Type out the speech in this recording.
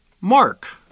Mark